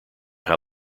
how